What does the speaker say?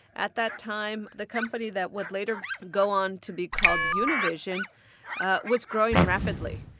at that time, the company that would later go on to be called univision was growing rapidly.